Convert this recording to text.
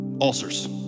ulcers